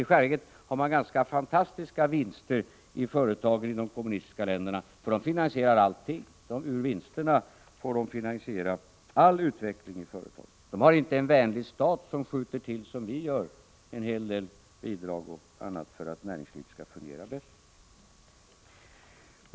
I själva verket har man ganska fantastiska vinster i företagen i de kommunistiska länderna, för de finansierar allting. Ur vinsterna får de finansiera all utveckling i företagen. De har inte en vänlig stat som skjuter till, som vi gör, en hel del bidrag och annat för att näringslivet skall fungera bättre.